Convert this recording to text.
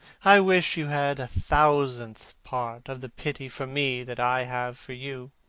i wish you had a thousandth part of the pity for me that i have for you.